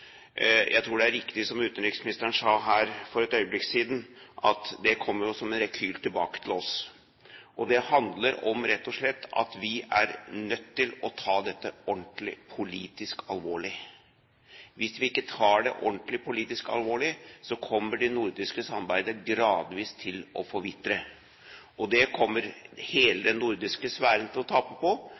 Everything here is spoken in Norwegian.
Jeg tror det er riktig som utenriksministeren sa her for et øyeblikk siden, at det kommer jo som en rekyl tilbake til oss. Det handler rett og slett om at vi er nødt til å ta dette ordentlig politisk alvorlig. Hvis vi ikke tar det ordentlig politisk alvorlig, kommer det nordiske samarbeidet gradvis til å forvitre, og det kommer hele den nordiske sfæren til å tape på, men det kommer ikke minst Norge som land til å tape på.